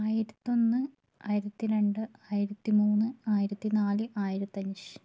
ആയിരത്തൊന്ന് ആയിരത്തി രണ്ട് ആയിരത്തി മൂന്ന് ആയിരത്തി നാല് ആയിരത്തഞ്ച്